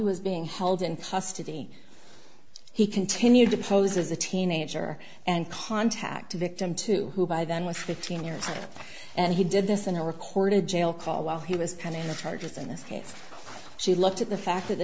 was being held in custody he continued to pose as a teenager and contact victim to who by then was fifteen years and he did this in a recorded jail call while he was kind of the charges in this case she looked at the fact that the